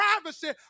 privacy